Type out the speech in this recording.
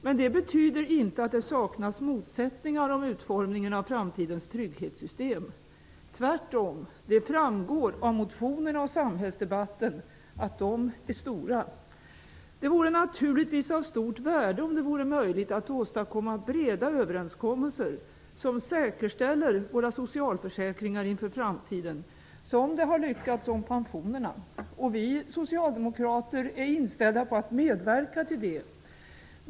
Men det betyder inte att motsättningar saknas beträffande utformningen av framtidens trygghetssystem -- tvärtom! Det framgår av motionerna och av samhällsdebatten att motsättningarna är stora. Det vore naturligtvis av stort värde om det var möjligt att åstadkomma breda överenskommelser som säkerställer våra socialförsäkringar inför framtiden -- vilket ju lyckats när det gäller pensionerna. Vi socialdemokrater är inställda på att medverka till det.